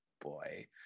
boy